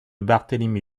barthélemy